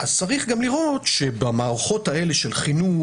צריך גם לראות שבמערכות של חינוך,